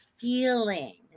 feeling